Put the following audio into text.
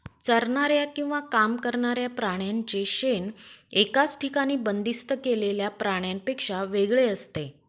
चरणाऱ्या किंवा काम करणाऱ्या प्राण्यांचे शेण एकाच ठिकाणी बंदिस्त केलेल्या प्राण्यांपेक्षा वेगळे असते